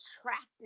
attracted